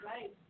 Right